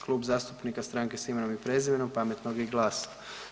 Klub zastupnika Stranke s imenom i prezimenom, Pametnog i GLAS-a.